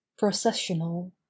Processional